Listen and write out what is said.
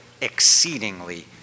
exceedingly